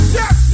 yes